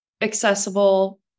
accessible